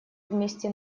вместе